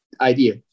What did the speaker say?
idea